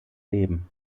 leben